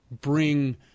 bring